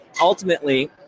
ultimately